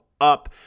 Up